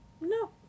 No